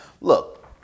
look